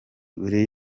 buri